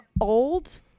old